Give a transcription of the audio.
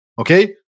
Okay